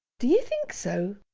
d'ye think so?